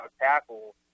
tackle